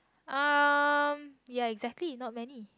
um ya exactly not many